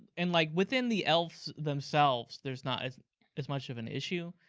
and like, within the elves themselves, there's not as as much of an issue,